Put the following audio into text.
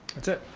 that's it.